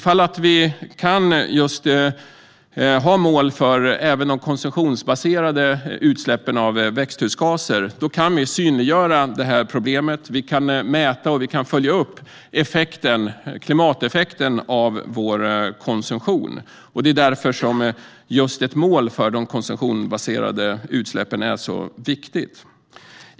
Om vi kan ha mål även för de konsumtionsbaserade utsläppen av växthusgaser kan vi synliggöra det här problemet, och vi kan mäta och följa upp klimateffekten av vår konsumtion. Det är därför som just ett mål för de konsumtionsbaserade utsläppen är så viktigt.